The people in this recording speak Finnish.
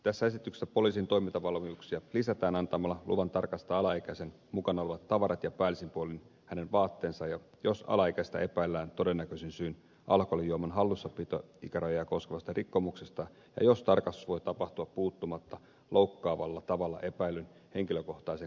tässä esityksessä poliisin toimintavaltuuksia lisätään antamalla lupa tarkastaa alaikäisen mukana olevat tavarat ja päällisin puolin hänen vaatteensa jos alaikäistä epäillään todennäköisin syin alkoholijuoman hallussapitoikärajaa koskevasta rikkomuksesta ja jos tarkastus voi tapahtua puuttumatta loukkaavalla tavalla epäillyn henkilökohtaiseen koskemattomuuteen